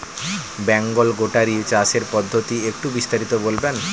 Bengal goatery চাষের পদ্ধতি একটু বিস্তারিত বলবেন?